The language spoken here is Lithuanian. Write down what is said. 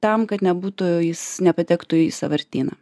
tam kad nebūtų jis nepatektų į sąvartyną